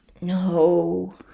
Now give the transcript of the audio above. No